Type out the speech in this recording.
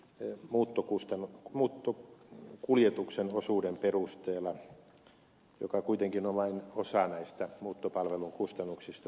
päätöksen sisältö määräytyi pitkälti muuttokuljetuksen osuuden perusteella joka kuitenkin on vain osa näistä muuttopalvelun kustannuksista tähän tässä ed